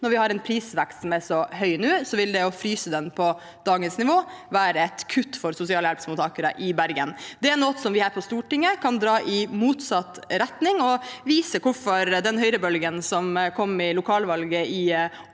når vi har en prisvekst som er så høy som nå, da vil det å fryse den på dagens nivå være et kutt for sosialhjelpsmottakere i Bergen. Det er noe vi her på Stortinget kan dra i motsatt retning av og vise hvorfor den høyrebølgen som kom i lokalvalget i